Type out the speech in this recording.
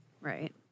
right